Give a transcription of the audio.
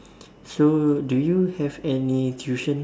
so do you have any tuition